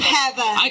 heaven